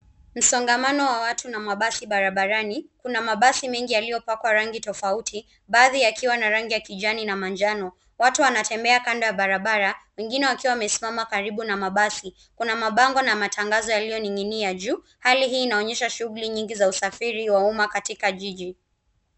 Msongamano wa watu na mabasi barabarani. Kuna mabasi mengi yaliyopakwa rangi tofauti .Baadhi yakiwa na rangi ya kijani na manjano. Watu wanatembea kando ya barabara, wengine wakiwa wamesimama karibu na mabasi. Kuna mabango na matangazo yaliyoning'inia juu. Hali hii inaonyesha shughuli nyingi za usafiri wa umma katika jiji.